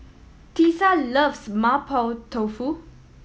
Tisa loves Mapo Tofu